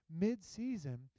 mid-season